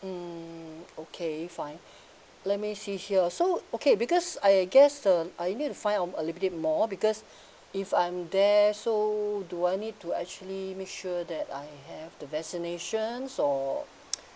hmm okay fine let me see here so okay because I guess uh I'll need to find um a little bit more because if I'm there so do I need to actually make sure that I have the vaccination or